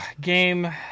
game